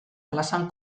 plazan